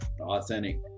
authentic